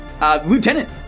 Lieutenant